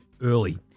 early